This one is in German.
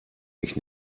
mich